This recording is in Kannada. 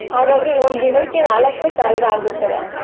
ಹಾಗಾಗಿ ಒಂದು ದಿನಕ್ಕೆ ನಾಲ್ಕು ಸಾವಿರ ಆಗುತ್ತದೆ